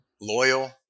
loyal